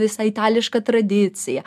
visą itališką tradiciją